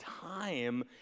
time